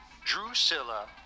Drusilla